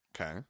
Okay